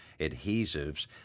adhesives